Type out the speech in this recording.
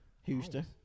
Houston